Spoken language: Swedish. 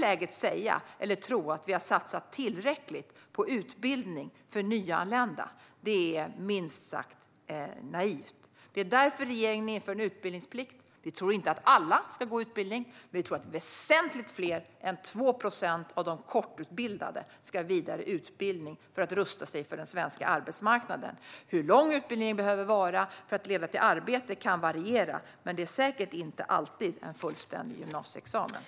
Att i detta läge tro att vi har satsat tillräckligt på utbildning för nyanlända är minst sagt naivt. Det är därför regeringen inför utbildningsplikt. Vi tror inte att alla ska gå en utbildning, men vi tror att väsentligt fler av de kortutbildade ska ha vidare utbildning för att rusta sig för den svenska arbetsmarknaden. Hur lång utbildningen behöver vara för att leda till arbete kan variera, men det är säkert inte alltid en fullständig gymnasieexamen.